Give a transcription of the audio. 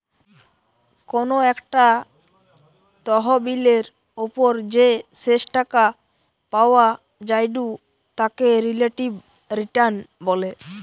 কোনো একটা তহবিলের ওপর যে শেষ টাকা পাওয়া জায়ঢু তাকে রিলেটিভ রিটার্ন বলে